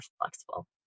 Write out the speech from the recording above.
flexible